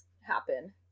happen